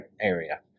area